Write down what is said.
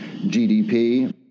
GDP